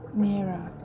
nearer